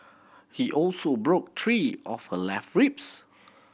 he also broke three of her left ribs